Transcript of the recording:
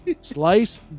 Slice